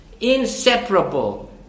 Inseparable